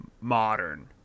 modern